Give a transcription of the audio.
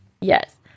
yes